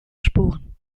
spuren